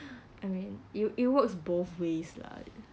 I mean it it works both ways lah